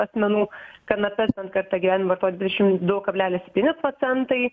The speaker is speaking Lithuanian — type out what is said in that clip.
asmenų kanapes bent kartą gyvenime vartojo dvidešim du kablelis septyni procentai